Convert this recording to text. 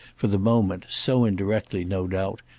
for the moment, so indirectly, no doubt,